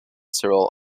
several